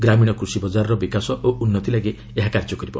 ଗ୍ରାମୀଣ କୂଷିବଜାରର ବିକାଶ ଓ ଉନ୍ନତି ଲାଗି ଏହା କାର୍ଯ୍ୟ କରିବ